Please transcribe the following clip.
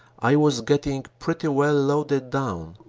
i was getting pretty well loaded down,